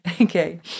okay